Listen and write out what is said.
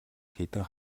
хэдэн